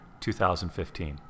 2015